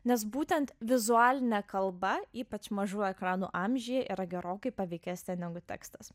nes būtent vizualinė kalba ypač mažų ekranų amžiuje yra gerokai paveikesnė negu tekstas